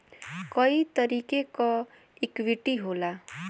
कई तरीके क इक्वीटी होला